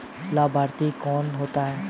लाभार्थी कौन होता है?